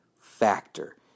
factor